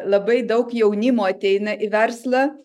labai daug jaunimo ateina į verslą